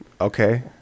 Okay